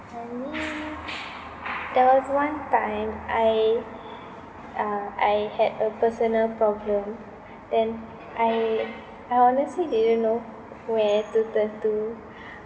I mean there was one time I uh I had a personal problem then I I honestly didn't know where to turn to